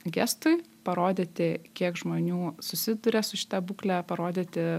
gestui parodyti kiek žmonių susiduria su šita būkle parodyti